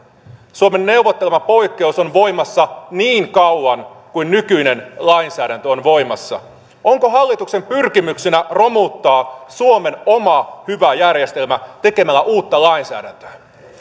suomen neuvottelema poikkeus on voimassa niin kauan kuin nykyinen lainsäädäntö on voimassa onko hallituksen pyrkimyksenä romuttaa suomen oma hyvä järjestelmä tekemällä uutta lainsäädäntöä